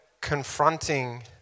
confronting